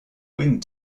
wing